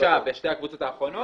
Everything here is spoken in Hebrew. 56 ושתי הקבוצות האחרונות